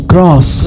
Cross